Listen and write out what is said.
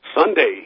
Sunday